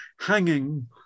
hanging